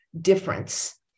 difference